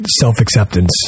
self-acceptance